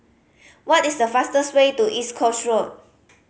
what is the fastest way to East Coast Road